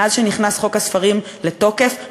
מאז שנכנס חוק הספרים לתוקף,